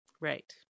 Right